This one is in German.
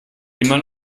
immer